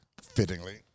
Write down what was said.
Fittingly